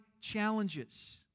challenges